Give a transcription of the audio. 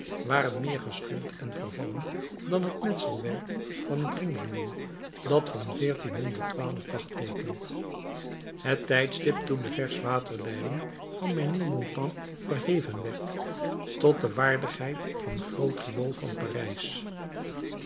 waren meer gescheurd en vervallen dan het metselwerk van het ringriool dat van dagteekent het tijdstip toen de versch waterleiding van menilmontant verheven werd tot de waardigheid van groot riool van parijs